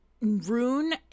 Rune